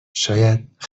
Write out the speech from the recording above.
شاید